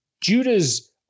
Judah's